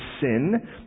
sin